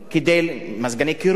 מזגני קירור,